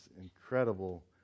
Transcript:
incredible